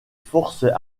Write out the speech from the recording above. forces